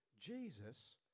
Jesus